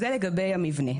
זה לגבי המבנה.